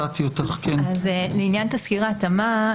לעניין תסקיר ההתאמה,